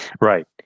Right